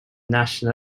national